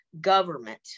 government